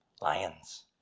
lions